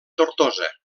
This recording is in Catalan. tortosa